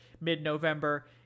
mid-November